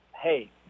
hey